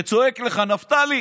וצועק לך: נפתלי.